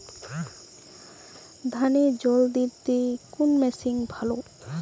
ধানে জল দিতে কোন মেশিন ভালো?